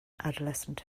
adolescent